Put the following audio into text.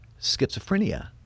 Schizophrenia